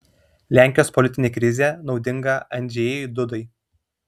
lenkijos politinė krizė naudinga andžejui dudai